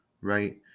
right